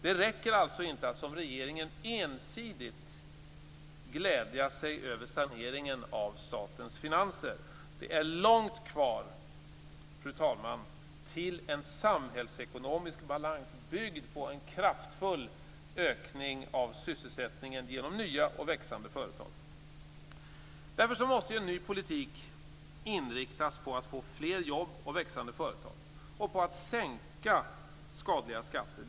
Det räcker alltså inte att, som regeringen, ensidigt glädja sig över saneringen av statens finanser. Det är långt kvar, fru talman, till en samhällsekonomisk balans byggd på en kraftfull ökning av sysselsättningen genom nya och växande företag. Därför måste en ny politik inriktas på att få fler jobb och växande företag och på att sänka skadliga skatter.